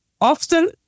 often